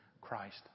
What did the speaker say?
christ